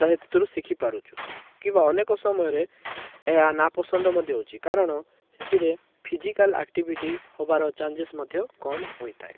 ତା' ଭିତରୁ ଶିଖିପାରୁଛୁ କିମ୍ବା ଅନେକ ସମୟରେ ଏହା ନା ପସନ୍ଦ ମଧ୍ୟ ହେଉଛି କାରଣ ସେଥିରେ ଫିଜିକାଲ ଆକ୍ଟିଭିଟି ହବାର ଚାନସେନସ୍ ମଧ୍ୟ କମ୍ ହୋଇଥାଏ